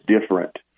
different